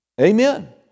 Amen